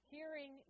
Hearing